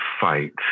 fight